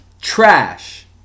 Trash